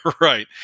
right